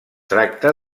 tracta